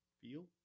feel